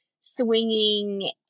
swinging